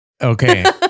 Okay